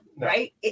right